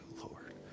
Lord